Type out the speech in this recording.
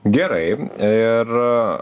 gerai ir